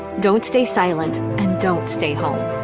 don't stay silent and don't stay home.